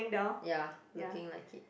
ya looking like it